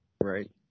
Right